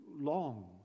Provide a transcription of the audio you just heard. long